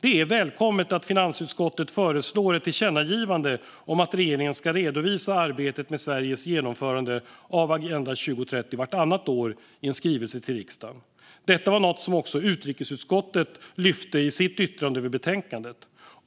Det är välkommet att finansutskottet föreslår ett tillkännagivande om att regeringen vartannat år ska redovisa arbetet med Sveriges genomförande av Agenda 2030 i en skrivelse till riksdagen. Detta var något som även utrikesutskottet lyfte i sitt yttrande över betänkandet,